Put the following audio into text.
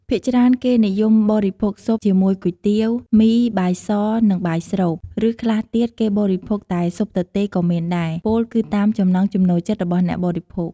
ភាគច្រើន គេនិយមបរិភោគស៊ុបជាមួយ គុយទាវ មី បាយស និងបាយស្រូប ឬខ្លះទៀត គេបរិភោគតែស៊ុបទទេក៏មានដែរ ពោលគឺតាមចំណង់ចំណូលចិត្តរបស់អ្នកបរិភោគ។